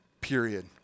period